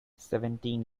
seventeen